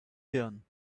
hirn